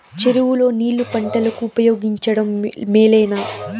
చెరువు లో నీళ్లు పంటలకు ఉపయోగించడం మేలేనా?